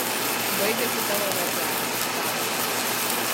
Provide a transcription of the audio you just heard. baigėsi tavo vargeliai basta